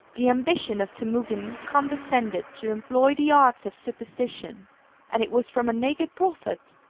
the ambition of temugin condescended to employ the arts of superstition and it was from a naked prophet,